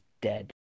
dead